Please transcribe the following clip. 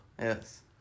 Yes